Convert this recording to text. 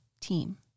team